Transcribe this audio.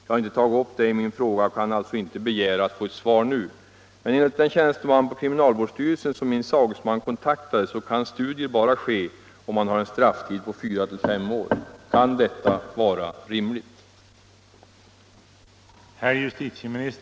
Jag har inte tagit upp det i min fråga och kan inte begära att få ett svar nu, men enligt den tjänsteman på kriminalvårdsstyrelsen som min sagesman kontaktade får studier bara bedrivas om man har en strafftid på fyra till fem år. Kan detta vara rimligt?